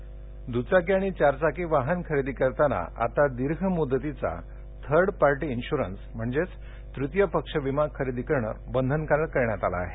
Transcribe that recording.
वाहन विमाः द्चाकी आणि चारचाकी वाहन खरेदी करताना आता दीर्घ मुद्तीचा थर्ड पार्टी इन्शुरन्स म्हणजेच तृतीय पक्ष विमा खरेदी करणं बंधनकारक करण्यात आलं आहे